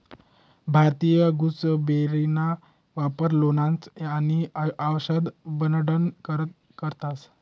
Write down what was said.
भारतीय गुसबेरीना वापर लोणचं आणि आवषद बनाडाना करता करतंस